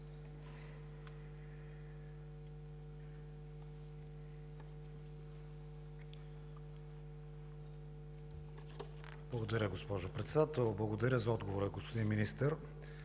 Благодаря, госпожо Председател. Благодаря за отговора, господин Министър.